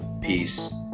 peace